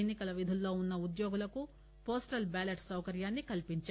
ఎన్సికల విధుల్లో వున్న ఉద్యోగులకు పోస్టల్ బ్యాలెట్ సౌకర్యం కల్సించారు